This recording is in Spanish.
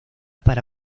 para